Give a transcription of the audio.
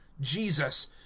jesus